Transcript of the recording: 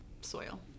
soil